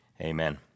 Amen